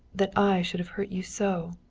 that i should have hurt you so!